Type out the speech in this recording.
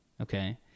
Okay